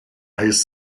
his